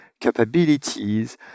capabilities